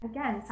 Again